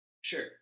sure